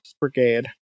Brigade